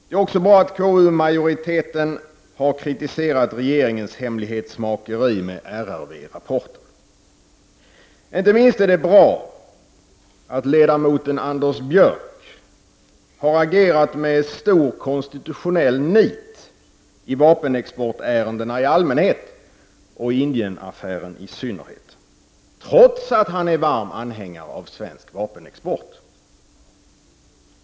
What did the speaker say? Det är också bra att KU-majoriteten har kritiserat regeringens hemlighetsmakeri med RRV-rapporten. Inte minst är det bra att ledamoten Anders Björck har agerat med stor konstitutionell nit i vapenexportärendena i allmänhet och i Indienaffären i synnerhet, trots att han är varm anhängare av svensk vapenexport.